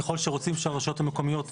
ככל שרוצים שהרשויות המקומיות יאכפו.